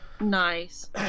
Nice